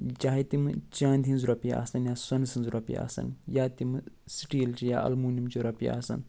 چاہے تِمہٕ چانٛدِ ہٕنٛزٕ رۄپیہِ آسن یا سۄنسٕنٛزٕ رۄپیہِ آسن یا تِمہٕ سِٹیٖلچہِ الموٗنِیمچہِ رۄپیہِ آسن